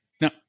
Now